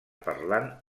parlant